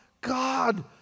God